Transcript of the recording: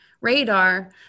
radar